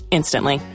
instantly